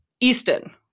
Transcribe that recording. Easton